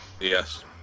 yes